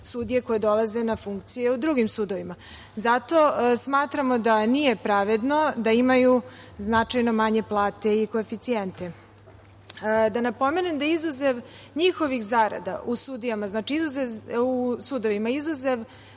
koje dolaze na funkcije u drugim sudovima. Zato smatramo da nije pravedno da imaju značajno manje plate i koeficijente. Da napomenem da izuzev njihovih zarada u sudovima, izuzev